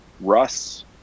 Russ